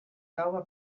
gaua